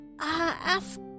ask